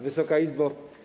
Wysoka Izbo!